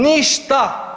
Ništa.